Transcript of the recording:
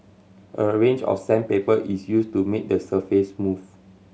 a range of sandpaper is used to make the surface smooth